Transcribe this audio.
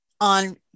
on